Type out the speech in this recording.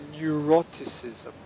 neuroticism